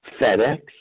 FedEx